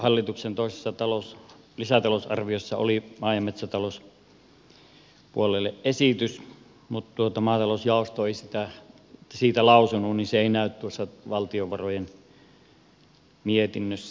hallituksen toisessa lisätalousarviossahan oli maa ja metsätalouspuolelle esitys mutta koska maatalousjaosto ei siitä lausunut niin se ei näy tuossa valtiovarojen mietinnössä